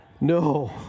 No